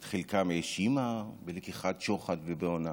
את חלקם האשימה בלקיחת שוחד ובהונאה.